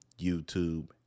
YouTube